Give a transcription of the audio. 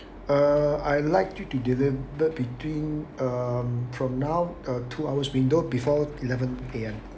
uh I liked you to deliver between um from now uh two hours window before eleven A_M